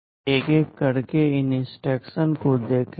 आइए एक एक करके इन इंस्ट्रक्शंस को देखें